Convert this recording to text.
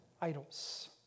idols